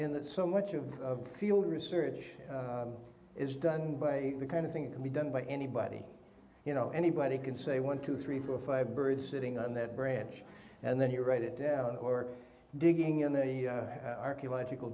that so much of field research is done by the kind of thing that can be done by anybody you know anybody can say one two three four five bird sitting on that branch and then you write it down or digging in the archaeological